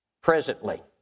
presently